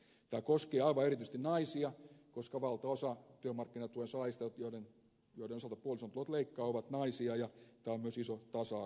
tämä koskee aivan erityisesti naisia koska valtaosa työmarkkinatuen saajista joiden osalta puolison tulot leikkaavat ovat naisia ja tämä on myös iso tasa arvokysymys